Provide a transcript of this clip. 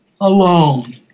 alone